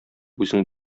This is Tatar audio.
үзең